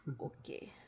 Okay